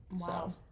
Wow